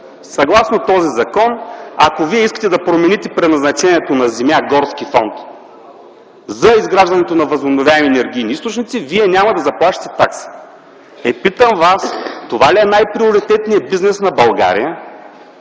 Съгласно този закон, ако вие искате да промените предназначението на земя от горски фонд за изграждането на възобновяеми енергийни източници, вие няма да заплащате такса. Е, питам аз – това ли е най-приоритетният бизнес на България?